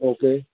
okay